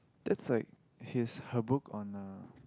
that's like his her book on uh